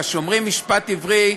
כשאומרים "משפט עברי",